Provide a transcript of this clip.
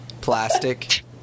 Plastic